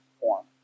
form